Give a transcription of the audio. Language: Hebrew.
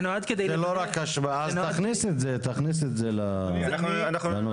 תכניס את זה לסעיף.